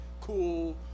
Cool